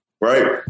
right